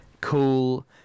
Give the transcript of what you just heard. Cool